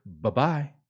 Bye-bye